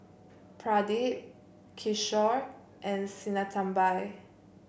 Pradip Kishore and Sinnathamby